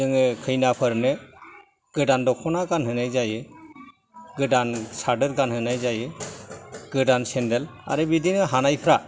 जोङो खैनाफोरनो गोदान दख'ना गानहोनाय जायो गोदान सादोर गानहोनाय जायो गोदान सेन्देल आरो बिदिनो हानायफ्रा